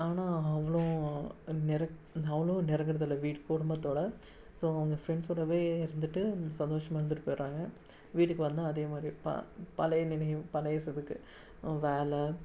ஆனால் அவ்வளோம் நெரு அவ்வளோ நெருங்கிறது இல்லை வீடு குடும்பத்தோட ஸோ அவங்க பிரண்ட்ஸோடவே இருந்துவிட்டு சந்தோஷமாக இருந்துவிட்டு போயிறாங்க வீட்டுக்கு வந்தா அதேமாதிரி ப பழைய நினைவு பழைய இதுக்கு வேலை